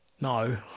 No